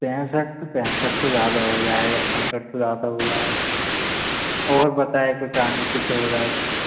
पैंसठ तो पैंसठ तो ज़्यादा हो जाएगा पैंसठ तो ज़्यादा हो जाए और बताएँ कुछ आगे पीछे हो जाए तो